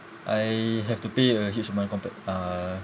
I have to pay a huge amount compared uh